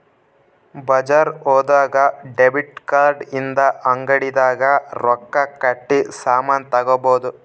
ಬಜಾರ್ ಹೋದಾಗ debit card ಇಂದ ಅಂಗಡಿ ದಾಗ ರೊಕ್ಕ ಕಟ್ಟಿ ಸಾಮನ್ ತಗೊಬೊದು